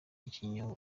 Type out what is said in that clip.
ibinyoma